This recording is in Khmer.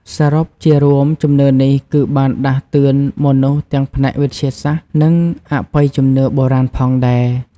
សរុបជារួមជំនឿនេះ គឺបានដាស់តឿនមនុស្សទាំងផ្នែកវិទ្យាសាស្ត្រ និងអបិយជំនឿបុរាណផងដែរ។